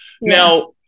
Now